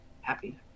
happy